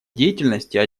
деятельности